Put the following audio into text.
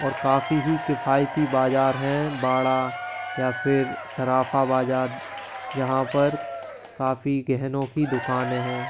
और काफ़ी ही किफायती बाजार है बाड़ा या फिर सराफा बाज़ार जहाँ पर काफी गहनों की दुकान हैं